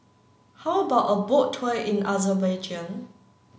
how about a boat tour in Azerbaijan